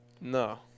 No